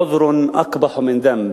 עֻדְ'ר אַקְבַּח מִן דַ'נְבּ.